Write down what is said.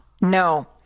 no